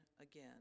again